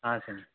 ಹಾಂ ಸ್ವಾಮಿ